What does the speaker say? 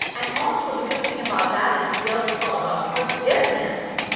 and also the good thing about that is guilt is all about forgiveness.